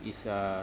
is uh